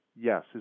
yes